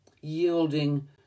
yielding